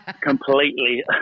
completely